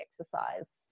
exercise